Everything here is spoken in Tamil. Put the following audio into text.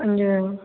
அங்கே